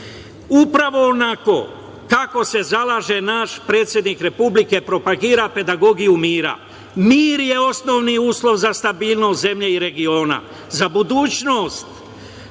upravo onako kako se zalaže naš predsednik Republike, propagira pedagogiju mira. Mir je osnovni uslov za stabilnost zemlje i regiona. Za budućnost